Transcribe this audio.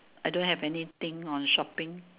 I don't have anything on shopping